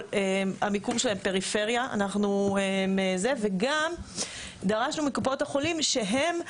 המיקום שלהם בפריפריה וגם דרשנו מקופות חולים שהן...